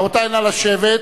רבותי, נא לשבת.